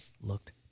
looked